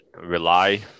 rely